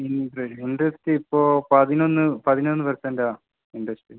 ഇണ്ട് ഇൻട്രെസറ്റിപ്പോൾ പതിനൊന്ന് പതിനൊന്ന് പെർസെൻറ്റാണ് ഇൻട്രെസ്റ്റ്